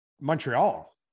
Montreal